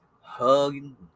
hugging